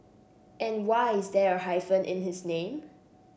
and why is there a hyphen in his name